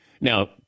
now